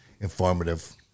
informative